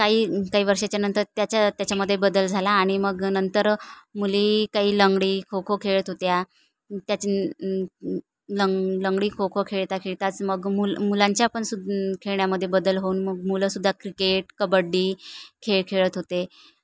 काही काही वर्षाच्या नंतर त्याच्या त्याच्यामध्ये बदल झाला आणि मग नंतर मुली काही लंगडी खो खो खेळत होत्या त्याची लंग लंगडी खो खो खेळता खेळताच मग मु मुलांच्या पण सु खेळण्यामध्ये बदल होऊन मग मुलंसुद्धा क्रिकेट कबड्डी खेळ खेळत होते